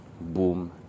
boom